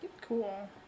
Cool